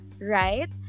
right